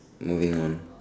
moving on